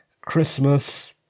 Christmas